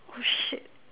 oh shit